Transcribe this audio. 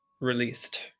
released